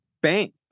bank